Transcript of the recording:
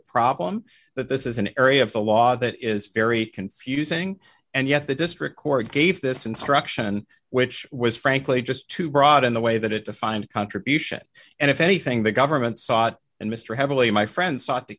problem that this is an area of the law that is very confusing and yet the district court gave this instruction which was frankly just too broad in the way that it defined contribution and if anything the government sought and mr heavily my friend sought to